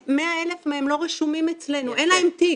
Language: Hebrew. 100,000 לא רשומים אצלנו, אין להם תיק.